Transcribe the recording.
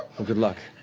good luck,